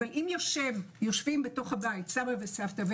אבל אם יושבים בתוך הבית סבא וסבתא,